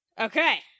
Okay